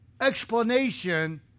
explanation